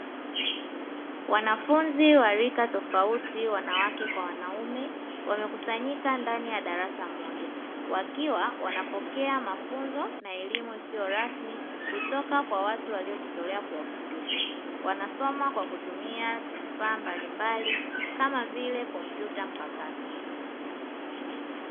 Wanafunzi wa rika tofauti wanawake kwa wanaume wamekusanyika ndani ya darasa moja, wakiwa wanapokea mafunzo na elimu isiyo rasmi kutoka kwa watu waliojitolea kuwafundisha, wanasoma kwa kutumia vifaa mbali mbali kama vile kompyuta mpakato.